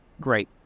Great